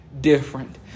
different